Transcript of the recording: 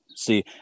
See